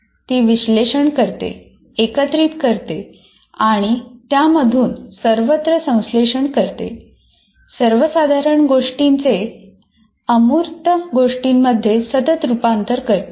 ती विश्लेषण करते एकत्रित करते आणि त्यामधून सर्वत्र संश्लेषण करते सर्वसाधारण गोष्टींचे अमूर्त गोष्टींमध्ये सतत रूपांतर करते